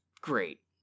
Great